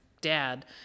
dad